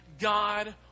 God